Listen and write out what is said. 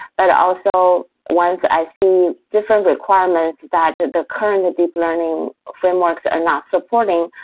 but also once i see different requirements that the current deep learning frameworks are not supporting,